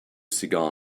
cigar